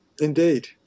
Indeed